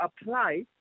apply